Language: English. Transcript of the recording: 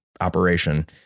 operation